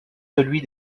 celui